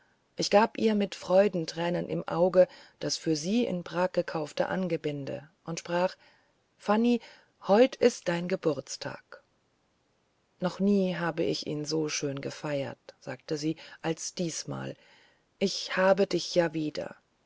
ich gab ihr mit freudentränen im auge das für sie in prag gekaufte angebinde und sprach fanny heut ist dein geburtstag noch nie habe ich ihn schöner gefeiert sagte sie als diesmal ich habe dich ja wieder